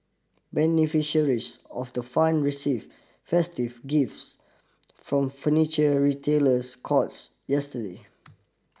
beneficiaries of the fund receive festive gifts from furniture retailers courts yesterday